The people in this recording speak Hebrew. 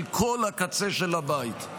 על כל הקצה של הבית.